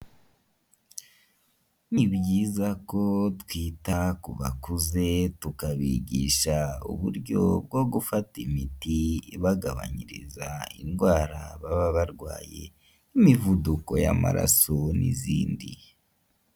Ni byiza ko twita ku bakuze tukabigisha uburyo bwo gufata imiti ibagabanyiriza indwara, baba barwaye imivuduko y'amaraso n'izindi.